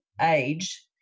age